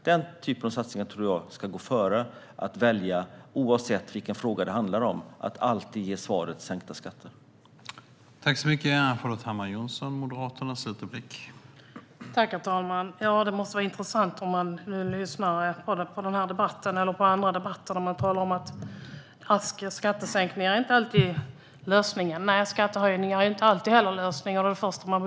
Den typen av satsningar tror jag ska gå före att alltid svara med sänkta skatter oavsett vilken fråga det handlar om.